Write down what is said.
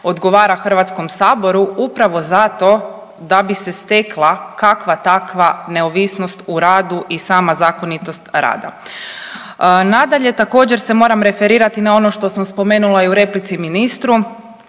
odgovara HS-u upravo zato da bi se stekla kakva takva neovisnost u radu i sama zakonitost rada. Nadalje, također se moram referirati na ono što sam spomenula i u replici ministru